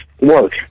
work